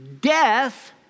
death